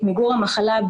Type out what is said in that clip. את מיגור המחלה,